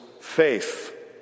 faith